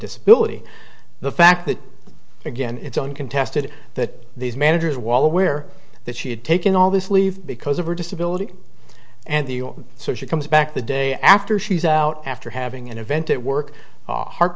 disability the fact that again it's own contested that these managers wall aware that she had taken all this leave because of her disability and the you so she comes back the day after she's out after having an event at work heart